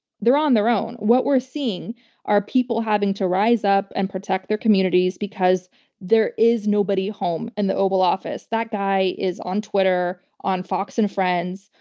they're on their own. what we're seeing are people having to rise up and protect their communities because there is nobody home in and the oval office. that guy is on twitter, on fox and friends,